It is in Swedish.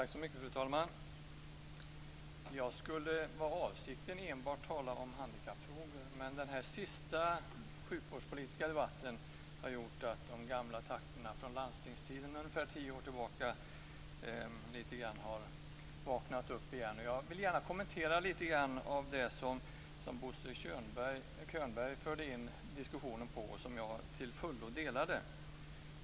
Fru talman! Min avsikt var att enbart tala om handikappfrågor, men den senaste sjukvårdspolitiska debatten har gjort att de gamla takterna från min landstingstid, som sträcker sig ungefär tio år tillbaka, har vaknat upp igen. Jag vill gärna kommentera lite grand av det som Bo Könberg förde in i diskussionen och som jag till fullo kan instämma i.